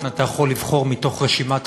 אתה יכול לבחור מתוך רשימת החוגים,